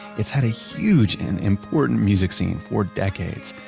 it's had a huge and important music scene for decades.